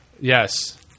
Yes